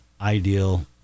ideal